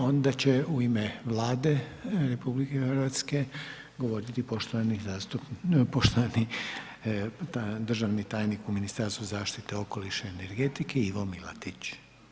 Onda će u ime Vlade RH govoriti poštovani državni tajnik u Ministarstvu zaštite okoliša i energetike, Ivo Milatić.